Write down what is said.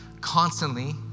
constantly